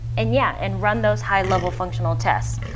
and yeah, and run those high level functional tests.